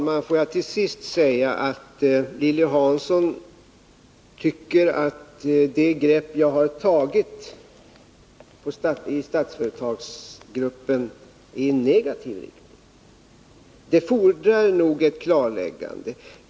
Herr talman! Lilly Hansson tycker att det grepp jag har tagit i Statsföretagsgruppen är negativt. Det fordrar nog ett klarläggande.